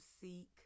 seek